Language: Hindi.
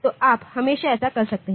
तो आप हमेशा ऐसा कर सकते हैं